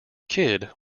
kid